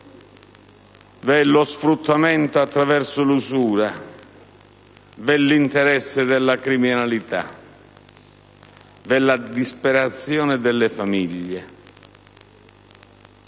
è lo sfruttamento attraverso l'usura, vi è l'interesse della criminalità e la disperazione delle famiglie.